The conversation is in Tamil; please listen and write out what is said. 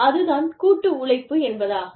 அதுதான் கூட்டு உழைப்பு என்பதாகும்